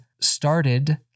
started